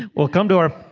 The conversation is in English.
well come to our.